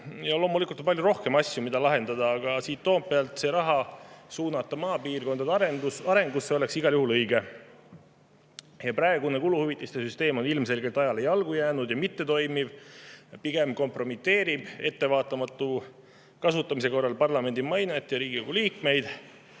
Loomulikult on palju rohkem asju, mida lahendada, aga suunata siit Toompealt raha maapiirkondade arengusse oleks igal juhul õige. Praegune kuluhüvitiste süsteem on ilmselgelt ajale jalgu jäänud, see ei toimi, pigem kompromiteerib see ettevaatamatu kasutamise korral parlamendi mainet ja Riigikogu liikmeid.